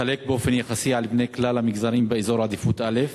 תתחלק באופן יחסי על פני כלל המגזרים באזור עדיפות א'